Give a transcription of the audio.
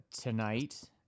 tonight